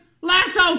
Lasso